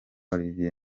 olivier